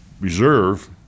reserve